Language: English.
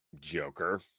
joker